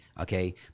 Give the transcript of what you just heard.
Okay